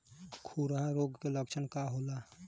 खुरहा रोग के लक्षण का होला?